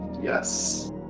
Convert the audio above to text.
Yes